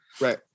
Right